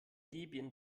debian